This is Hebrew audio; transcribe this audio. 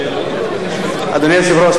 אדוני היושב-ראש,